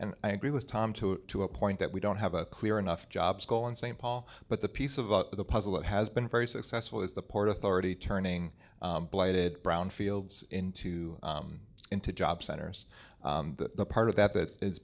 and i agree with tom too to a point that we don't have a clear enough job school in st paul but the piece of the puzzle that has been very successful is the port authority turning blighted brownfields into into job centers the part of that that is